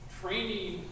training